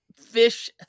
fish